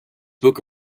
book